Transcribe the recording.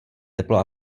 teplo